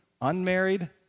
unmarried